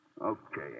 Okay